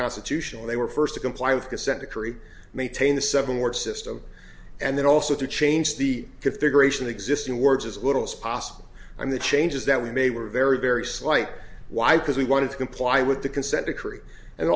constitutional they were first to comply with consent decree maintain the seven word system and then also to change the configuration existing words as little as possible and the changes that we may were very very slight why because we wanted to comply with the consent decree and